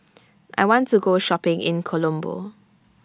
I want to Go Shopping in Colombo